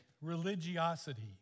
religiosity